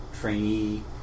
trainee